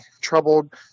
troubled